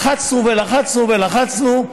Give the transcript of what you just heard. לחצנו ולחצנו ולחצנו,